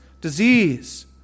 disease